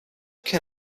can